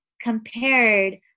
compared